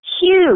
huge